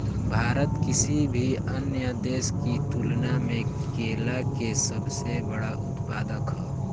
भारत किसी भी अन्य देश की तुलना में केला के सबसे बड़ा उत्पादक ह